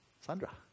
Sandra